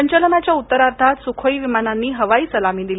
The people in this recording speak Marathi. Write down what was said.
संचलनाच्या उत्तरार्धात सुखोई विमानांनी हवाई सलामी दिली